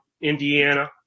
Indiana